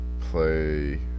play